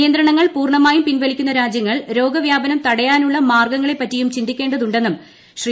നിയന്ത്രണങ്ങൾ പൂർണ്ണമായും പിൻവലിക്കുന്ന രാജ്യങ്ങൾ രോഗവ്യാപനം മാർഗ്ഗങ്ങളെപ്പറ്റിയും തടയാനുള്ള ചിന്തിക്കേണ്ടതുണ്ടെന്നും ശ്രീ